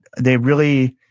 they really,